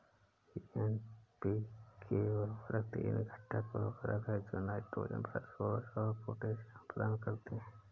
NPK उर्वरक तीन घटक उर्वरक हैं जो नाइट्रोजन, फास्फोरस और पोटेशियम प्रदान करते हैं